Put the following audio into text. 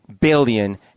billion